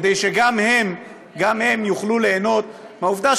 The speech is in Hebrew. כדי שגם הם יוכלו ליהנות מהעובדה,